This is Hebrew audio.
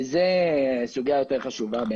שהוא סוגיה יותר חשובה,